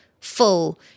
full